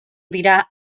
dira